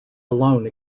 alone